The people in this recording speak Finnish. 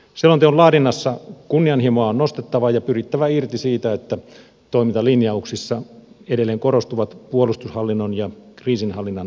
selonteon laadinnassa kunnianhimoa on nostettava ja pyrittävä irti siitä että toimintalinjauksissa edelleen korostuvat puolustushallinnon ja kriisinhallinnan kehittäminen